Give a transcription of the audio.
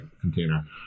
container